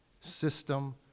system